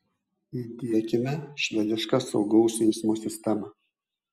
įdiekime švedišką saugaus eismo sistemą